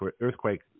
earthquake